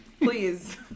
Please